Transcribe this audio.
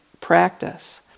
practice